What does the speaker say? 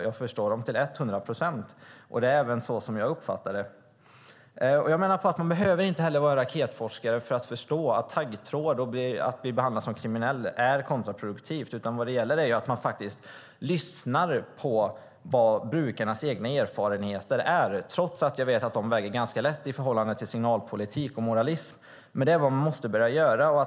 Jag förstår dem till hundra procent. Det är så även jag uppfattar det. Man behöver inte vara raketforskare för att förstå att taggtråd och att behandlas som kriminell är kontraproduktivt. Det handlar om att lyssna på vad brukarnas egna erfarenheter är, även om jag vet att de väger ganska lätt i förhållande till signalpolitik och moralism. Man måste börja lyssna på brukarna själva.